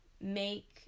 make